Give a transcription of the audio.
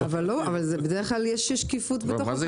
אבל בדרך כלל יש שקיפות בתוך הקבוצה.